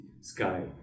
Sky